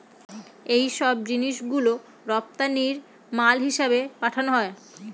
এইসব জিনিস গুলো রপ্তানি মাল হিসেবে পাঠানো হয়